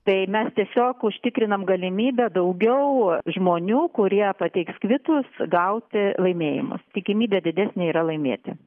tai mes tiesiog užtikrinam galimybę daugiau žmonių kurie pateiks kvitus gauti laimėjimus tikimybė bet didesnė yra laimėti